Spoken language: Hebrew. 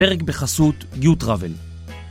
הפרק בחסות יו טרוול